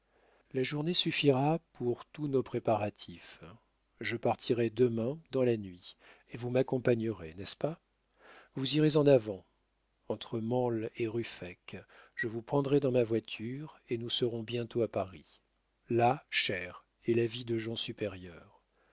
la journée suffira pour tous nos préparatifs je partirai demain dans la nuit et vous m'accompagnerez n'est-ce pas vous irez en avant entre mansle et ruffec je vous prendrai dans ma voiture et nous serons bientôt à paris là cher est la vie de gens supérieurs